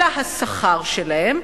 אלא של השכר שלהם,